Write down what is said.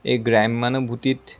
এই গ্ৰাম্যানুভূতিত